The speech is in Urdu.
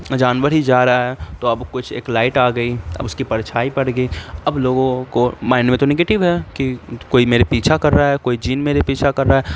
جانور ہی جا رہا ہے تو اب کچھ ایک لائٹ آ گئی اب اس کی پرچھائی پڑ گئی اب لوگوں کو مائنڈ میں تو نیگیٹو ہے کہ کوئی میرے پیچھا کر رہا ہے کوئی جن میرے پیچھا کر رہا ہے